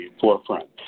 forefront